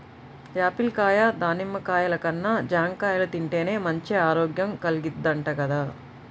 Apple కాయ, దానిమ్మ కాయల కన్నా జాంకాయలు తింటేనే మంచి ఆరోగ్యం కల్గిద్దంట గదా